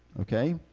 okay